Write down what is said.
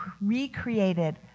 recreated